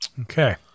Okay